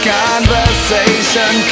conversation